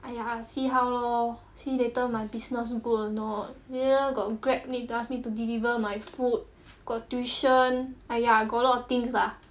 !aiya! see how lor see later my business good or not later got Grab need to ask me to deliver my food got tuition !aiya! got a lot of things lah